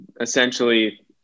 essentially